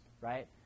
right